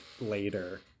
later